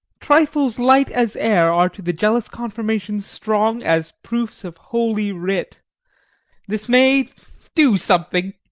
trifles light as air are to the jealous confirmations strong as proofs of holy writ this may do something.